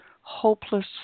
hopeless